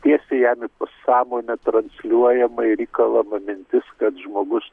tiesiai jam į pasamonę transliuoja ir įkalama mintis kad žmogus